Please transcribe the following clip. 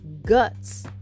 guts